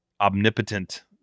omnipotent